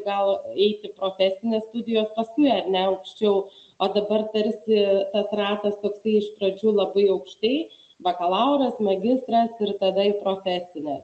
gal eiti profesinės studijos paskui ar ne aukščiau o dabar tarsi tas ratas toksai iš pradžių labai aukštai bakalauras magistras ir tada į profesinę